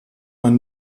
man